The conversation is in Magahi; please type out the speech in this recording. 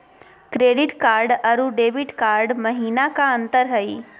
क्रेडिट कार्ड अरू डेबिट कार्ड महिना का अंतर हई?